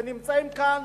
שנמצאים כאן,